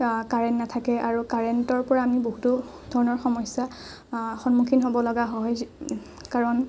current নাথাকে আৰু কাৰেণ্টৰ পৰা আমি বহুতো ধৰণৰ সমস্যাৰ সন্মুখীন হ'ব লগা হয় কাৰণ